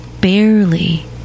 barely